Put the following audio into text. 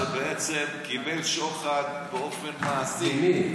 שבעצם קיבל שוחד באופן מעשי,